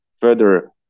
further